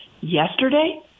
Yesterday